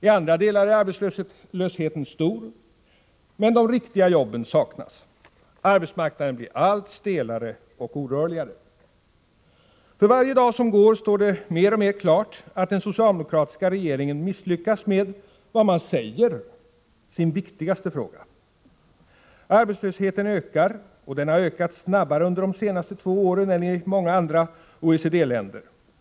I andra delar är arbetslösheten stor, men de riktiga jobben saknas. Arbetsmarknaden blir allt stelare och orörligare. För varje dag som går står det mer och mer klart att den socialdemokratiska regeringen har misslyckats med, som man säger, sin viktigaste fråga. Arbetslösheten ökar, och den har under de senaste två åren ökat snabbare hos oss än i andra OECD-länder.